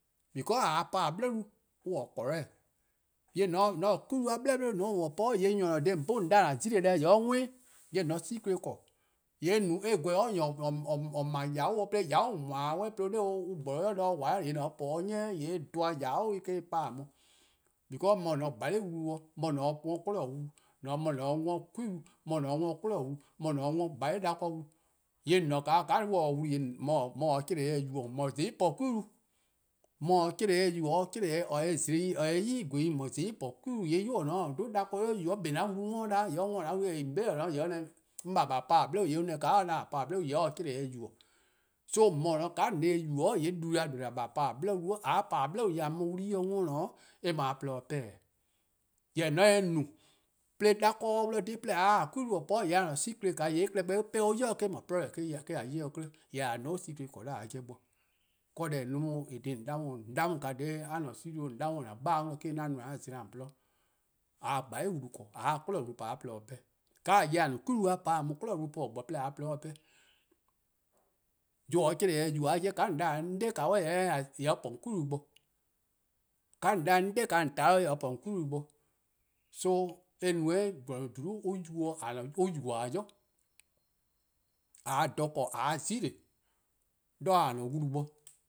Because :a-a' po-a 'bli an-a' correct. :yee' :mor :on ta 'kwi-wle-a 'suh 'suh po :hyee' nyor :or :ne-a :on 'bhun :on 'da :an 'zile-a deh-dih :yee' or 'worn-ih. :on se secrete 'ble, :yee' eh gweh nyor :or 'ble-a :yabo', 'de :yabo' :on 'ble-a 'de or :gborlubo :wai' :yee' :mor :on po 'de 'ni :yee' eh dhoan :yabu' :yabo''weh eh-: kpa a on, because an po wlu 'suh, mor an po 'kwinehbo: wlu, mor an 'worn 'kwi-wlu-dih, an 'worn 'kwinehbo wlu-dih, mor an 'worn 'dakor' :wlu 'sluh, :yee' :on :ne 'o 'weh, :ka on taa wlu :or se-a 'chlee-deh yubo: :mor no :zai' :or po 'kwi-wlu, :mor :or se-a 'chlee-deh yubo:, or se-a 'chlee-deh :zlo 'i :or se-eh 'i :gweh 'i :mor :zai' po 'kei-wlu. :yee' 'yu :or :ne-a 'dakor' yu :yee' or 'kpa an wlu-a-dih worn da 'weh. :yee' :on 'be :or :ne-a 'o or 'da a 'nyi-a po-a 'bli wlu, :yee' on 'da :ka or 'da :a po-a 'bli wlu :yee' or se 'chlee-deh yubo:' so :mor :or :ne-a 'o :ka :on se-eh yubo: :yee': blu ya :due-deh: :a po-a 'bli wlu, :mor :a po-a 'bli wlu :yee' :a mu wlu-' dih worn-orih, eh mu-a :porluh-dih 'pehn-dih. Jorwor: :mor :on se no, 'de 'dakor' 'ye-dih :dhe 'de :a 'ye 'kwi-wlu po, :yee' :a-a' secrete-a klehkpeh eh 'pehn 'o on ybei' deh eh-: no problem :eh 'ye-dih-a 'kle, :yee' :a se no secrete :korn 'do a 'jeh bo. deh :eh no 'de 'on, 'de :on 'da 'on dha :daa a secrete, 'de :on 'da 'on :an dhele 'on dih 'de 'an zela :on :gwluhuh eh- 'o. :a se wlu 'sluh ble, :mor :a se 'kwinehbo: wlu po a :porluh-a pehn-dih. :ka a :yeh no 'kwi-wlu-a po-a, :a mu 'kwinehbo: wlu :po :gbor 'de a :porluh 'ye dih 'pehn. :yor :or se-a 'chlee-deh yubo-a 'jeh, :mor :on 'da 'on 'dae:, :yee' or po :on 'kwi-wlu bo, :mor :on 'da 'on 'dae:, zorn zen, :yee' or po :on 'kwi-wlu bo, eh no :gwlor-nyor+-a yubo-a 'i, :a se dha :korn :a 'ye 'zile: 'de :a-a'a: wlu bo.